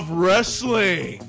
wrestling